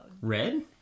Red